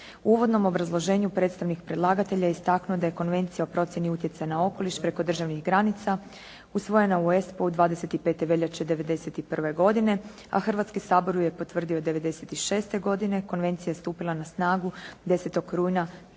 U uvodnom obrazloženju predstavnik predlagatelja istaknuo je da je konvencija o procjeni utjecaja na okoliš preko državnih granica usvojena u ESPO-u 25. veljače '91. godine, a Hrvatski sabor ju je potvrdio '96. godine. Konvencija je stupila na snagu 10. rujna